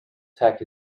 tack